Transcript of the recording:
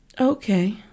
Okay